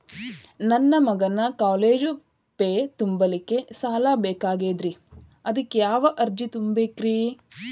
ನನ್ನ ಮಗನ college fee ತುಂಬಲಿಕ್ಕೆ ಸಾಲ ಬೇಕಾಗೆದ್ರಿ ಅದಕ್ಯಾವ ಅರ್ಜಿ ತುಂಬೇಕ್ರಿ?